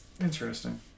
interesting